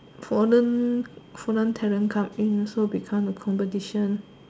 foreign foreign talent so become the competition